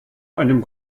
einem